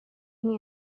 hand